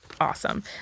awesome